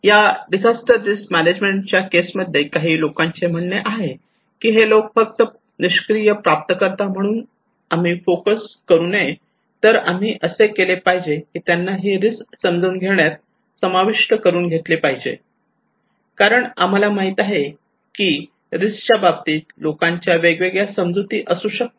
या disaster risk management च्या case मध्ये काही लोकांचे म्हणणे आहे की हे लोक फक्त निष्क्रिय प्राप्तकर्ता म्हणून आम्ही फोकस करू नये तर आम्ही असे केले पाहिजे कि त्यांना ही रिस्क समजून घेण्यात समाविष्ट करून घेतले पाहिजे कारण आम्हाला माहित आहे की रिस्क च्या बाबतीत लोकांच्या वेगवेगळ्या समजुती असू शकतात